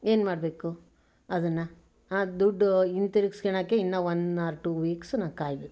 ಏನು ಮಾಡಬೇಕು ಅದನ್ನು ಹಾಂ ದುಡ್ಡು ಹಿಂದಿರಿಗ್ಸ್ಕಳಕ್ಕೇ ಇನ್ನು ಒನ್ ಓರ್ ಟು ವೀಕ್ಸು ನಾನು ಕಾಯಬೇಕು